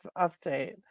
update